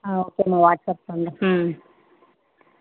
ஆ ஓகேம்மா வாட்ஸ்அப் பண்ணுறேன் ம்